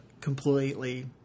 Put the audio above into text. completely